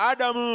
Adam